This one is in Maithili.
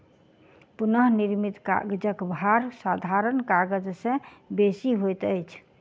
पुनःनिर्मित कागजक भार साधारण कागज से बेसी होइत अछि